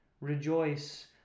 Rejoice